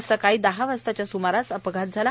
आज सकाळी दहा वाजेच्या सुमारासहा अपघात झाला